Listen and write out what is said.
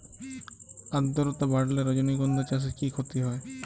আদ্রর্তা বাড়লে রজনীগন্ধা চাষে কি ক্ষতি হয়?